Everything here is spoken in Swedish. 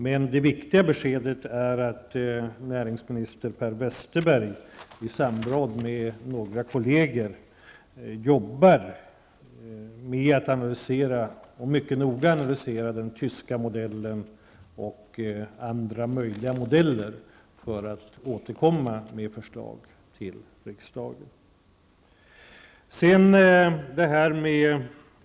Men det viktiga beskedet här är att näringsminister Per Westerberg i samråd med några kolleger jobbar med en mycket noggrann analys av den tyska modellen och även av andra här möjliga modeller för att senare återkomma med förslag till riksdagen.